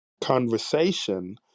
conversation